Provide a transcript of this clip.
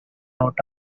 out